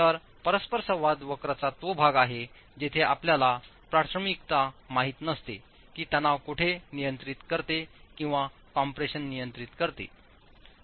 तर परस्परसंवाद वक्राचा तो भाग आहे जिथे आपल्याला प्राथमिकता माहित नसते की तणाव कोठे नियंत्रित करते किंवा कॉम्प्रेशन नियंत्रित करते